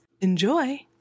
Enjoy